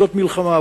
זאת מלחמה.